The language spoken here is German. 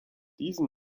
diesen